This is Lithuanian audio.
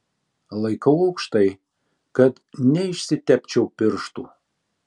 laikau aukštai kad neišsitepčiau pirštų